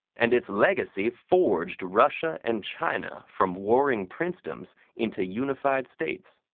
and its legacy forged russia and china from warring princedoms into unified states.